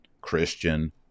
Christian